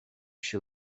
she